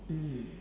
mm